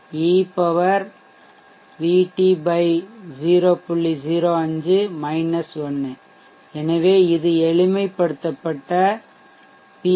05 1 எனவே இது எளிமைப்படுத்தப்பட்ட பி